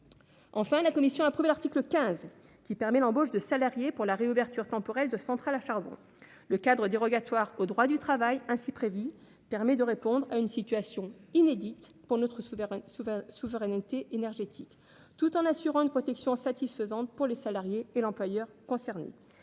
Enfin, la commission a approuvé l'article 15, qui permet l'embauche de salariés pour la réouverture temporaire de centrales à charbon. Le cadre dérogatoire au droit du travail ainsi prévu permet de répondre à une situation inédite pour notre souveraineté énergétique tout en assurant une protection satisfaisante des salariés et de l'employeur concernés.